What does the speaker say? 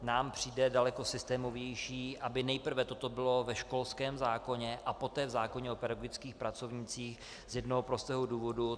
Nám přijde daleko systémovější, aby nejprve toto bylo školském zákoně a poté v zákoně o pedagogických pracovnících, z jednoho prostého důvodu.